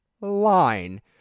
line